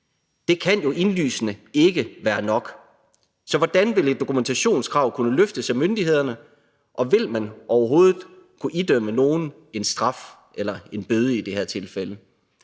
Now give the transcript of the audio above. Det kan jo indlysende ikke være nok. Så hvordan vil et dokumentationskrav kunne løftes af myndighederne, og vil man overhovedet kunne idømme nogen en straf eller i det her tilfælde